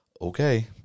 okay